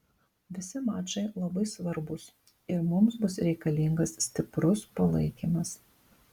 visi mačai labai svarbūs ir mums bus reikalingas stiprus palaikymas